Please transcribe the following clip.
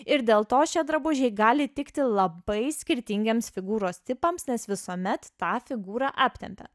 ir dėl to šie drabužiai gali tikti labai skirtingiems figūros tipams nes visuomet tą figūrą aptempia